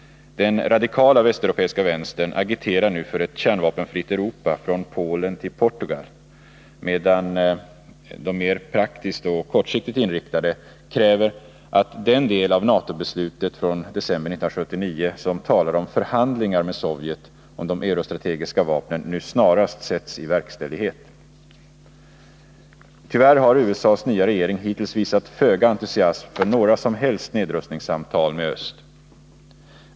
Den radikaia västeuropeiska vänstern agiterar nu för ett kärnvapenfritt Europa från Polen till Portugal, medan de mer praktiskt och kortsiktigt inriktade kräver att den del av NATO-beslutet från december 1979, som talar om förhandlingar med Sovjet om de eurostrategiska vapnen, nu snarast sätts i verkställighet. Tyvärr har USA:s nya regering hittills visat föga entusiasm för några som helst nedrustningssamtal med Öst.